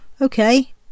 Okay